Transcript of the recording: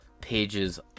Pages